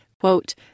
quote